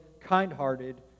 kind-hearted